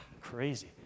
Crazy